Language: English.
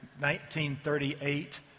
1938